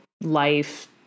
life